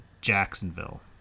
jacksonville